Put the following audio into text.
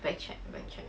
backtrack backtrack